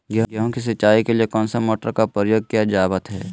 गेहूं के सिंचाई के लिए कौन सा मोटर का प्रयोग किया जावत है?